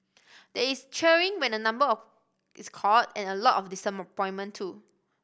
there is cheering when a number of is called and a lot of too